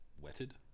wetted